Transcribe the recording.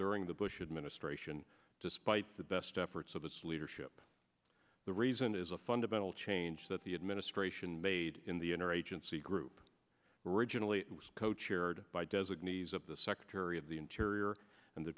during the bush administration despite the best efforts of this leadership the reason is a fundamental change that the administration made in the inner agency group originally co chaired by designees of the secretary of the in tears sure and the